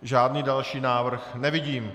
Žádný další návrh nevidím.